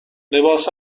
لباس